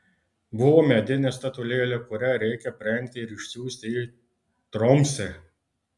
buvo medinė statulėlė kurią reikia aprengti ir išsiųsti į tromsę